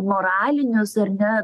moralinius ar ne